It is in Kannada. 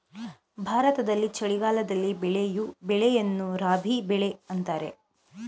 ಭಾರತದಲ್ಲಿ ಚಳಿಗಾಲದಲ್ಲಿ ಬೆಳೆಯೂ ಬೆಳೆಯನ್ನು ರಾಬಿ ಬೆಳೆ ಅಂತರೆ